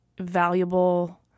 valuable